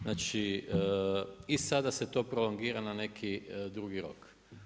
Znači i sada se to prolongira na neki drugi rok.